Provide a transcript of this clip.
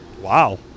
Wow